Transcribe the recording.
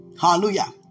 Hallelujah